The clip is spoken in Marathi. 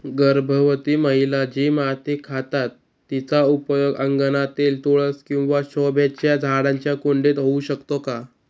गर्भवती महिला जी माती खातात तिचा उपयोग अंगणातील तुळस किंवा शोभेच्या झाडांच्या कुंडीत होऊ शकतो का?